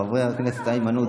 חבר הכנסת איימן עודה,